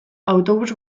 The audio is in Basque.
autobus